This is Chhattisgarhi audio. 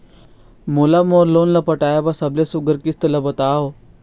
मोला मोर लोन ला पटाए बर सबले सुघ्घर किस्त ला बताव?